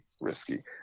risky